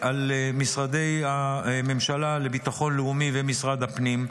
על המשרד לביטחון לאומי ומשרד הפנים.